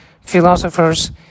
philosophers